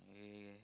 okay okay